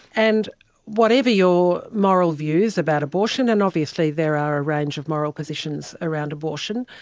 and whatever your moral views about abortion, and obviously there are a range of moral positions around abortion,